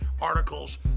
articles